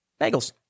bagels